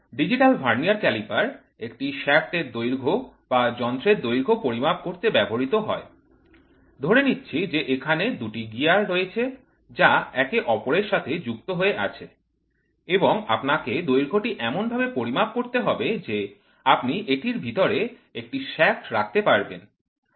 digital vernier caliper একটি shaft এর দৈর্ঘ্য বা যন্ত্রের দৈর্ঘ্য পরিমাপ করতে ব্যবহৃত হয় ধরে নিচ্ছি যে এখানে ২ টি গিয়ার রয়েছে যা একে অপরের সাথে যুক্ত হয়ে আছে এবং আপনাকে দৈর্ঘ্যটি এমনভাবে পরিমাপ করতে হবে যে আপনি এটির ভিতরে একটি শ্যাফ্ট রাখতে পারেন